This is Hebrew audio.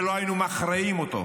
ולא היינו מכריעים אותו.